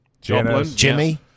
Jimmy